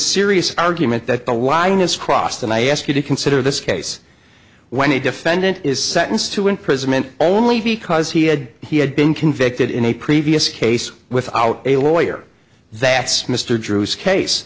serious argument that the line is crossed and i ask you to consider this case when a defendant is sentenced to imprisonment only because he had he had been convicted in a previous case without a lawyer that mr